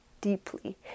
deeply